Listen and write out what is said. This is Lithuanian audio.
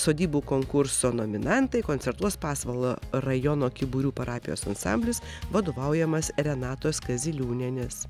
sodybų konkurso nominantai koncertuos pasvalio rajono kyburių parapijos ansamblis vadovaujamas renatos kaziliūnienės